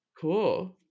Cool